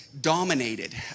dominated